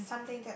and